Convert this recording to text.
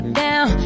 down